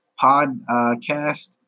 podcast